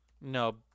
no